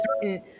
certain